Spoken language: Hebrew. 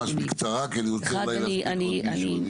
ממש בקצרה כי אני רוצה אולי להספיק עוד מישהו.